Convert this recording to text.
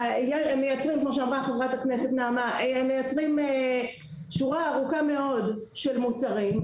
הם מייצרים כמו שאמרה חברת הכנסת נעמה שורה ארוכה מאוד של מוצרים,